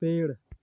पेड़